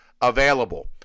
available